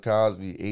Cosby